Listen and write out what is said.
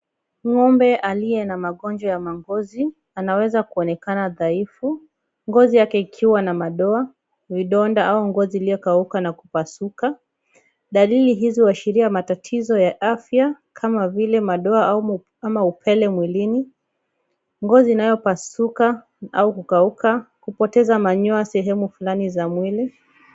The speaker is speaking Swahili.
Ng'ombe aliye na magonjwa ya mangozi, anaweza kuonekana dhaifu, ngozi yake ikiwa na madoa, vidonda au ngozi iliyokauka na kupasuka. Dalili hizi huashiria matatizo ya afya, kama vile madoa au upele mwilini. Ngozi inayopasuka au kukauka, hupoteza manyoya sehemu fulani za mwili.